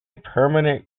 permanent